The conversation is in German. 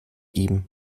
ihm